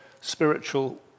spiritual